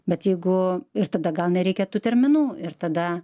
bet jeigu ir tada gal nereikia tų terminų ir tada